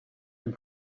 and